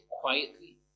quietly